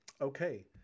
Okay